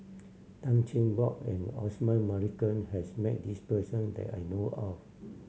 Tan Cheng Bock and Osman Merican has met this person that I know of